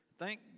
Thank